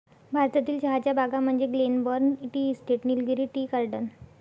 भारतातील चहाच्या बागा म्हणजे Glenburn tea estate, Nilgiri tea garden